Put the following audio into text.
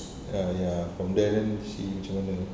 ya ya then from there then she cuma